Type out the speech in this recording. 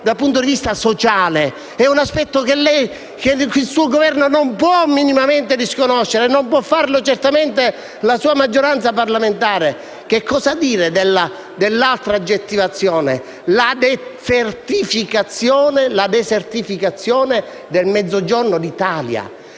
dal punto di vista sociale è un aspetto che il suo Governo non può minimamente disconoscere e non può farlo certamente la sua maggioranza parlamentare. Che cosa dire poi dall'altra aggettivazione, la desertificazione del Mezzogiorno d'Italia?